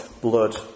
blood